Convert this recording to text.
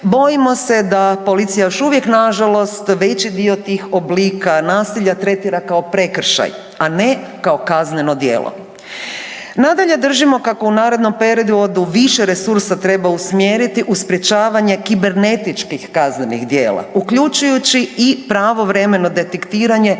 bojimo se da policija još uvijek nažalost veći dio tih oblika nasilja tretira kao prekršaj, a ne kao kazneno djelo. Nadalje, držimo kako u narednom periodu više resursa treba usmjeriti u sprječavanje kibernetičkih kaznenih djela uključujući i pravovremeno detektiranje